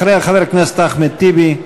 אחריה, חבר הכנסת אחמד טיבי,